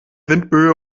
windböe